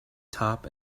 top